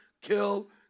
kill